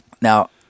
now